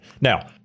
Now